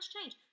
change